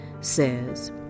says